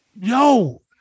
Yo